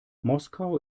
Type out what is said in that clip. moskau